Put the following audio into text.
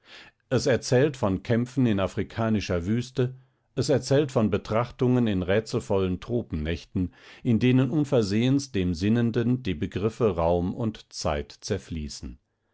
es erzählt von kämpfen in afrikanischer wüste es erzählt von betrachtungen in rätselvollen tropennächten in denen unversehens dem sinnenden die begriffe raum und zeit zerfließen